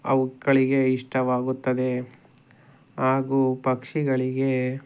ಅವುಗಳಿಗೆ ಇಷ್ಟವಾಗುತ್ತದೆ ಹಾಗೂ ಪಕ್ಷಿಗಳಿಗೆ